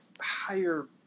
higher